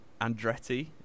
Andretti